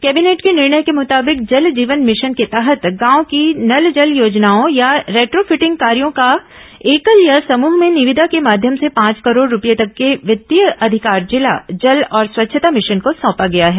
cabinet के निर्णय के मुताबिक जल जीवन मिशन के तहत गांव की नल जल योजनाओं या रेट्रोफिटिंग कार्यो का एकल या समुह में निविदा के माध्यम से पांच करोड़ रूपये तक के वित्तीय अधिकार जिला जल और स्वच्छता मिशन को सौंपा गया है